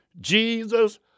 Jesus